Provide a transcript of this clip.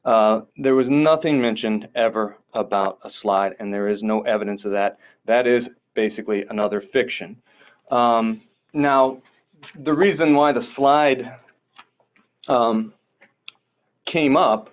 there was nothing mentioned ever about a slide and there is no evidence of that that is basically another fiction now the reason why the slide came up